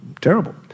terrible